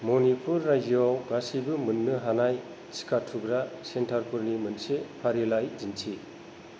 मनिपुर रायजोआव गासैबो मोन्नो हानाय टिका थुग्रा सेन्टारफोरनि मोनसे फारिलाइ दिन्थि